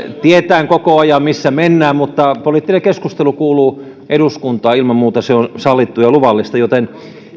tietäen koko ajan missä mennään mutta poliittinen keskustelu kuuluu eduskuntaan ilman muuta se on sallittua ja luvallista joten